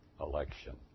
election